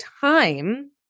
time